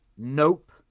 nope